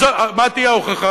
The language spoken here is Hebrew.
ומה תהיה ההוכחה,